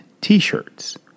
t-shirts